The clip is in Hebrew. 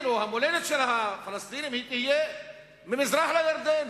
או המולדת של הפלסטינים תהיה ממזרח לירדן,